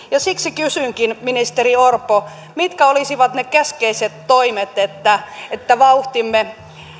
siksi kysynkin ministeri orpo mitkä olisivat ne keskeiset toimet että että vauhtimme